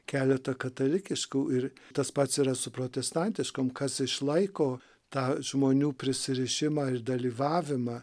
keletą katalikiškų ir tas pats yra su protestantiškom kol kas išlaiko tą žmonių prisirišimą ir dalyvavimą